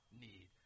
need